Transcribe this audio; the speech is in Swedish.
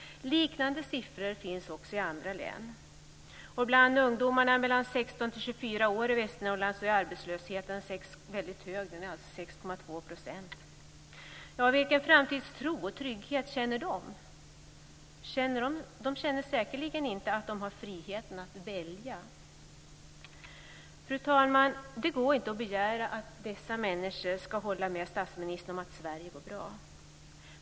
Liknande siffror finns vad gäller andra län. Bland ungdomar i åldern 16-24 år i Västernorrland är arbetslösheten väldigt hög, 6,2 %. Vilken framtidstro och trygghet känner de? De känner säkerligen inte att de har frihet att välja. Fru talman! Det går inte att begära att dessa människor ska hålla med statsministern om att "Sverige går bra".